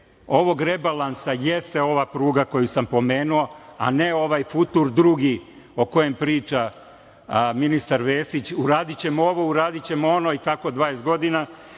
ovog rebalansa jeste ova pruga koju sam pomenuo, a ne ovaj futur drugi o kojem priča ministar Vesić - uradićemo ovo, uradićemo oni i tako 20 godina,